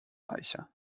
reicher